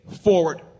forward